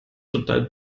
total